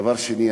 דבר שני,